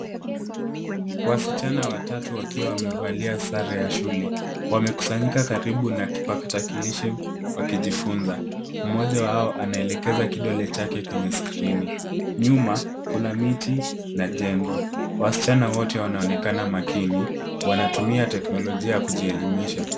Wasichana watatu wakiwa wamevalia sare ya shule wamekusanyika karibu na kipakatalishi wakijifunza mmoja wao anaelekeza kidole chake kwenye skrini nyuma kuna miti na jengo wasichana wote wanaonekana makini wanatumia teknolojia ya kujielemisha.